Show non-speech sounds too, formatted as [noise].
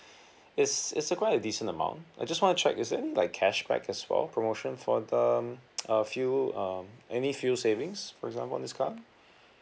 it's it's a quite a decent amount I just want to check is there any like cashback as well promotion for the [noise] uh fuel um any fuel savings for example on this car